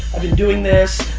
i've been doing this.